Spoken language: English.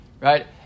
right